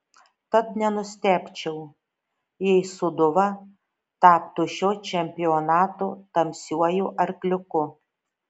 tad nenustebčiau jei sūduva taptų šio čempionato tamsiuoju arkliuku